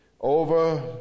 Over